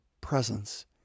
presence